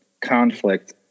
conflict